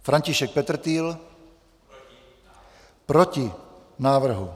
František Petrtýl: Proti návrhu.